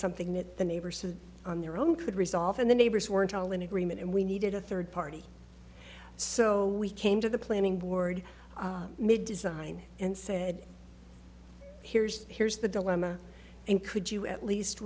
something that the neighbor said on their own could resolve in the neighbors weren't all in agreement and we needed a third party so we came to the planning board made design and said here's here's the dilemma and could you at least